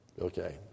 Okay